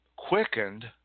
quickened